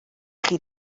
chi